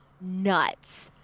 nuts